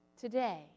today